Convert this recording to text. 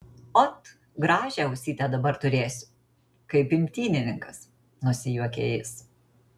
ot gražią ausytę dabar turėsiu kaip imtynininkas nusijuokė jis